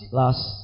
last